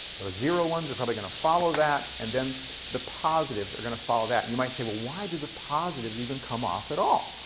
those zero ones are probably going to follow that. and then the positives are going to follow that. and you might say, well, why do the positives even come off at all?